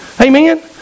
Amen